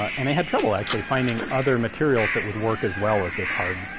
and they had trouble actually finding other materials that would work as well as this hard.